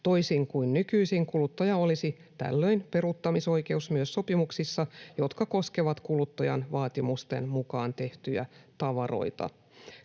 Toisin kuin nykyisin, kuluttajalla olisi tällöin peruuttamisoikeus myös sopimuksissa, jotka koskevat kuluttajan vaatimusten mukaan tehtyjä tavaroita.